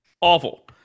awful